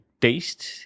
Taste